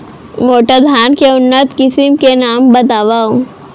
मोटा धान के उन्नत किसिम के नाम बतावव?